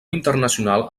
internacional